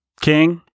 king